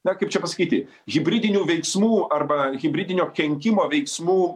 na kaip čia pasakyti hibridinių veiksmų arba hibridinio kenkimo veiksmų